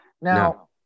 Now